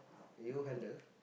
you handle